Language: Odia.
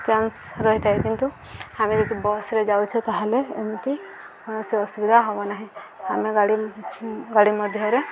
ଚାନ୍ସ ରହିଥାଏ କିନ୍ତୁ ଆମେ ଯଦି ବସ୍ରେ ଯାଉଛୁ ତାହେଲେ ଏମିତି କୌଣସି ଅସୁବିଧା ହେବ ନାହିଁ ଆମେ ଗାଡ଼ି ଗାଡ଼ି ମଧ୍ୟରେ